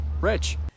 Rich